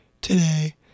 today